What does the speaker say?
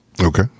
Okay